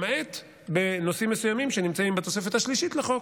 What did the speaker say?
למעט בנושאים מסוימים שנמצאים בתוספת השלישית לחוק,